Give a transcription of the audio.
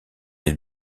est